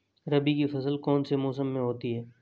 रबी की फसल कौन से मौसम में होती है?